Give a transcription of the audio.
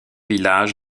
village